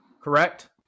correct